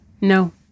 no